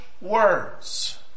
words